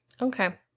okay